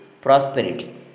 prosperity